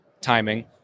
timing